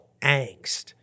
angst